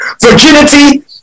Virginity